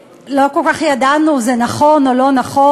ולא כל כך ידענו אם זה נכון או לא נכון.